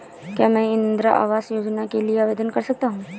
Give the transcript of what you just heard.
क्या मैं इंदिरा आवास योजना के लिए आवेदन कर सकता हूँ?